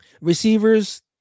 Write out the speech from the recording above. Receivers